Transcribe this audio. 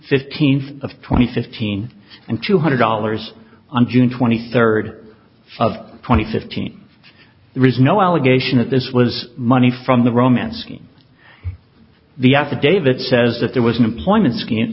fifteenth of twenty fifteen and two hundred dollars on june twenty third of twenty fifteen riz no allegation that this was money from the romancing the affidavit says that there was an employment ski